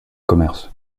commerce